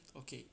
okay